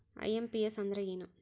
IMPS ಅಂದ್ರ ಏನು?